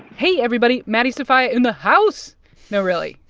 hey, everybody. maddie sofia in the house no, really,